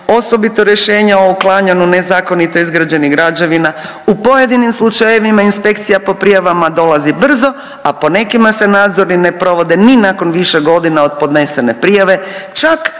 osobito rješenja o uklanjanju nezakonito izgrađenih građevina, u pojedinim slučajevima inspekcija po prijavama dolazi brzo, a po nekima se nadzori ni ne provode ni nakon više godina od podnesene prijave čak